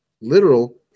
literal